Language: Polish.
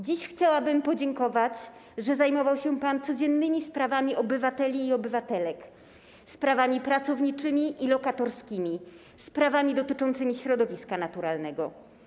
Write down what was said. Dziś chciałabym podziękować za to, że zajmował się pan codziennymi sprawami obywateli i obywatelek, sprawami pracowniczymi i lokatorskimi, sprawami dotyczącymi środowiska naturalnego.